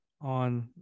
on